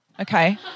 Okay